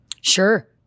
Sure